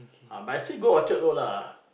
but I still go Orchard-Road lah